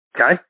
Okay